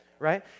Right